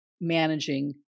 managing